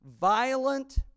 violent